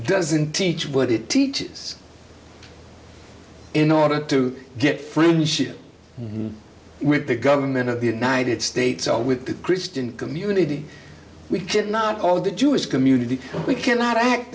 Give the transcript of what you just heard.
doesn't teach what it teaches in order to get friendship with the government of the united states all with the christian community we could not all the jewish community we cannot act